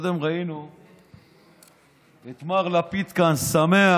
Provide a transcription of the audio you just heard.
קודם ראינו את מר לפיד כאן שמח,